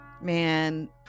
man